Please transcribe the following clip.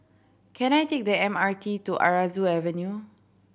can I take the M R T to Aroozoo Avenue